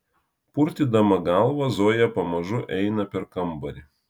purtydama galvą zoja pamažu eina per kambarį